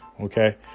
Okay